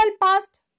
past